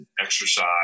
exercise